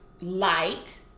light